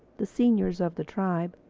the seniors of the tribe,